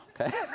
Okay